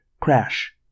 Crash